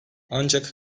ancak